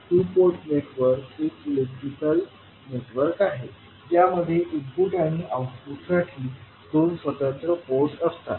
to port network एक electric network आहे ज्यामध्ये इनपुट आणि आउटपुटसाठी दोन स्वतंत्र पोर्ट असतात